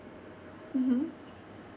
mmhmm